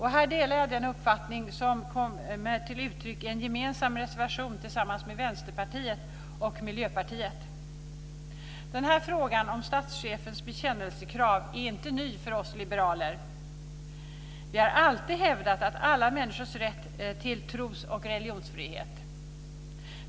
Här delar jag den uppfattning som kommer till uttryck i en gemensam reservation tillsammans med Vänsterpartiet och Miljöpartiet. Frågan om statschefens bekännelsekrav är inte ny för oss liberaler. Vi har alltid hävdat alla människors rätt till tros och religionsfrihet.